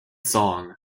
song